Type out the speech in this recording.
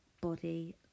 body